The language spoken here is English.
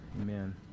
Amen